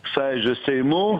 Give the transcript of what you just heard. sąjūdžio seimu